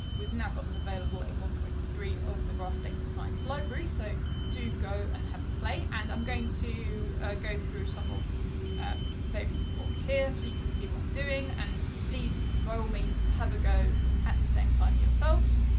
we've now got them available in one point three of the graph data science library. so do go and have a play and i'm going to go through some of david's blog here so you can see what i'm doing. and please, by all means, have a go at the same time yourselves.